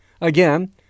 Again